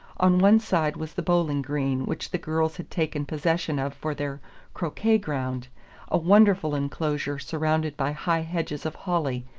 on one side was the bowling-green, which the girls had taken possession of for their croquet-ground a wonderful enclosure surrounded by high hedges of holly,